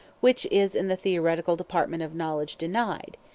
which is in the theoretical department of knowledge denied,